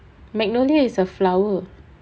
magnolia is a flower